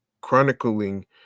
chronicling